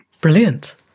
Brilliant